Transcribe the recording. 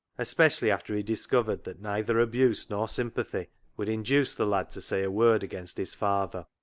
especially after he discovered that neither abuse nor sympathy would induce the lad to say a word against his father.